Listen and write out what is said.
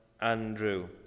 andrew